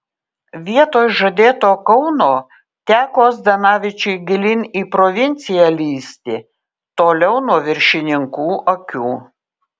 vietoj žadėto kauno teko zdanavičiui gilyn į provinciją lįsti toliau nuo viršininkų akių